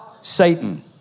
Satan